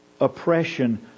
oppression